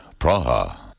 Praha